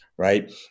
Right